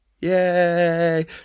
Yay